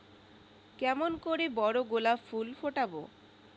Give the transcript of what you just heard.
কেমন করে বড় গোলাপ ফুল ফোটাব?